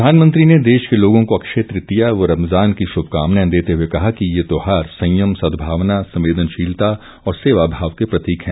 प्रधानमंत्री ने देश के लोगों को अक्षय तृतीया व रमजान की शुभकामनाएं देते हुए कहा कि ये त्यौहार संयम सदभावना संवेदनशीलता और सेवा भाव के प्रतीक हैं